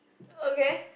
okay